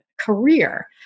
career